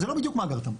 זה לא בדיוק מאגר תמר,